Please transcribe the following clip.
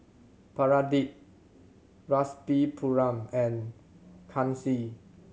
Pradip Rasipuram and Kanshi